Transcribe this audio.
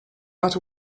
matter